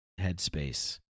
headspace